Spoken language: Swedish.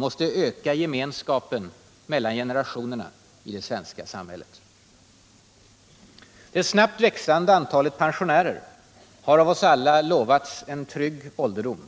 och öka gemenskapen mellan generationerna i det svenska samhället. Det snabbt växande antalet pensionärer har av oss alla lovats en trygg ålderdom.